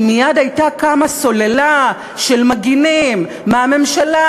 כי מייד הייתה קמה סוללה של מגינים מהממשלה,